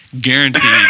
Guaranteed